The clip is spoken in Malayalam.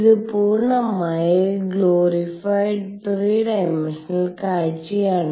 ഇത് പൂർണ്ണമായ ഗ്ലോറിഫൈഡ് 3 ഡൈമൻഷണൽ കാഴ്ചയാണ്